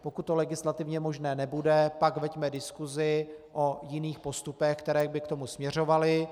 Pokud to legislativně možné nebude, tak veďme diskusi o jiných postupech, které by k tomu směřovaly.